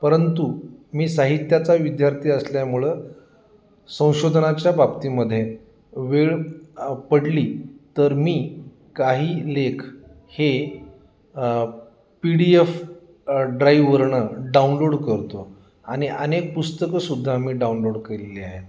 परंतु मी साहित्याचा विद्यार्थी असल्यामुळं संशोधनाच्या बाबतीमध्ये वेळ पडली तर मी काही लेख हे पी डी एफ ड्राईववरन डाउनलोड करतो आणि अनेक पुस्तकंसुद्धा मी डाउनलोड केलेले आहेत